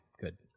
good